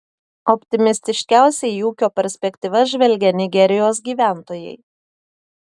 optimistiškiausiai į ūkio perspektyvas žvelgia nigerijos gyventojai